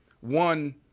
One